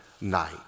night